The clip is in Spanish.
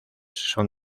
son